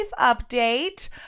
update